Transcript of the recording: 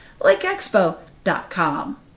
lakeexpo.com